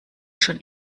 schon